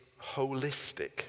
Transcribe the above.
holistic